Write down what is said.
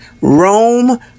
Rome